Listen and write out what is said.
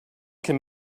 can